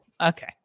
okay